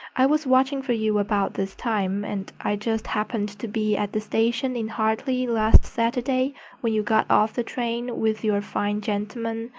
i was watching for you about this time, and i just happened to be at the station in hartley last saturday when you got off the train with your fine gentleman,